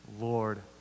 Lord